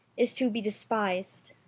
is to be despised.